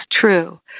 true